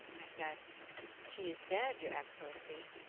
i said but she is dead, your excellency.